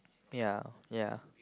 ya ya